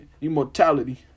immortality